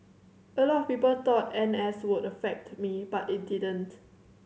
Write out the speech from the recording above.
a lot of people thought N S would affect me but it didn't